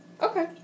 Okay